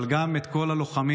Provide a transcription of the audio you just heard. אבל גם את כל הלוחמים